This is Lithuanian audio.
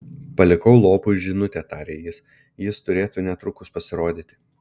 palikau lopui žinutę tarė jis jis turėtų netrukus pasirodyti